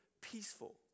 peaceful